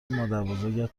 مادربزرگت